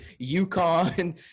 UConn